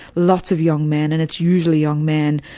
lots of young men, and it's usually young men,